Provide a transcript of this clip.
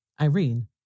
Irene